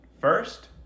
First